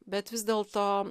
bet vis dėlto